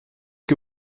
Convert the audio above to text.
que